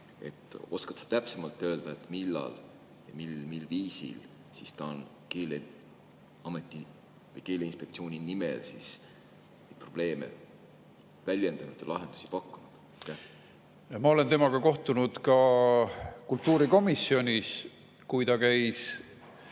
Oskad sa täpsemalt öelda, millal ja mil viisil ta on Keeleameti või keeleinspektsiooni nimel probleeme väljendanud ja lahendusi pakkunud? Ma olen temaga kohtunud ka kultuurikomisjonis, kui